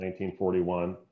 1941